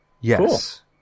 yes